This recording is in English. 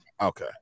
Okay